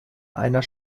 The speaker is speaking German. einer